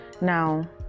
Now